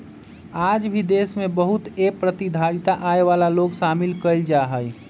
आज भी देश में बहुत ए प्रतिधारित आय वाला लोग शामिल कइल जाहई